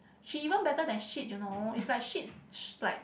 she even better than shit you know is like shit like